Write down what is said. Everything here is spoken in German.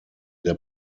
der